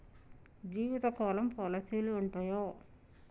జీవితకాలం పాలసీలు ఉంటయా?